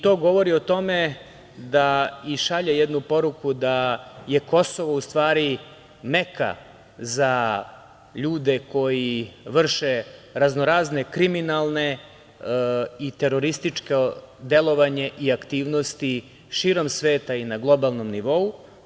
To govori o tome i šalje jednu poruku da je Kosovo u stvari meka za ljude koji vrše raznorazne kriminalne i terorističko delovanje i aktivnosti širom sveta i na globalnom nivou.